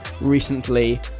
recently